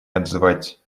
отзывать